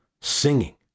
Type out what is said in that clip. singing